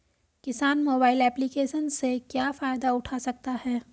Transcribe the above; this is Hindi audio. किसान मोबाइल एप्लिकेशन से क्या फायदा उठा सकता है?